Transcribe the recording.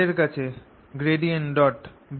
আমাদের কাছে B 0 আছে